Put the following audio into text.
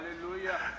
Hallelujah